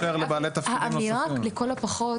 האמירה "לכל הפחות",